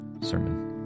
sermon